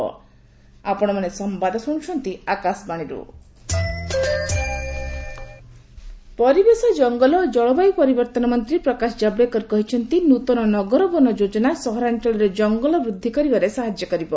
new Nagar Van scheme ପରିବେଶ ଜଙ୍ଗଲ ଓ ଜଳବାୟୁ ପରିବର୍ତ୍ତନ ମନ୍ତ୍ରୀ ପ୍ରକାଶ ଜାବ୍ଡେକର କହିଛନ୍ତି ନତନ ନଗର ବନ ଯୋଜନା ସହରାଞ୍ଚଳରେ ଜଙ୍ଗଲ ବୃଦ୍ଧି କରିବାରେ ସାହାଯ୍ୟ କରିବ